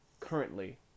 currently